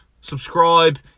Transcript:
Subscribe